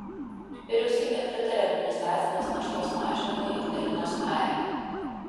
vyriausybė pritarė administracinės naštos mažinimui ignalinos ae